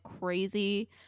crazy